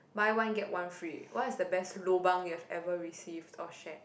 buy one get one free what's the best lobang you've ever received or shared